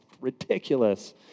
ridiculous